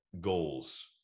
goals